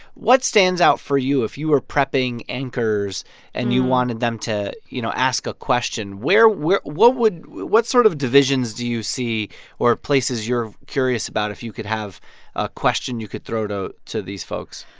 what stands out for you? if you were prepping anchors and you wanted them to, you know, ask a question, where where what would what sort of divisions do you see or places you're curious about if you could have a question you could throw to to these folks?